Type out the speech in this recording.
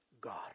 God